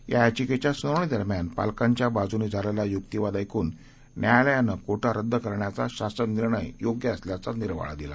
या याचिकेच्या सुनावणीदरम्यान पालकांच्या बाजूनी झालेला युक्तीवाद ऐकून न्यायालयानं कोटा रद्द करण्याचा शासन निर्णय योग्य असल्याचा निर्वाळा दिला